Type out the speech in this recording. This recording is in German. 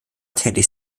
tätig